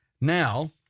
now